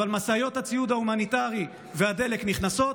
אבל משאיות הציוד ההומניטרי והדלק נכנסות,